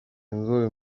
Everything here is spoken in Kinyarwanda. inzobe